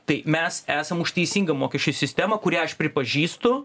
tai mes esam už teisingą mokesčių sistemą kurią aš pripažįstu